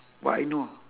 what I know